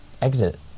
Exit